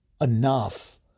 enough